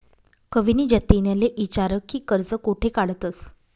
कविनी जतिनले ईचारं की कर्ज कोठे काढतंस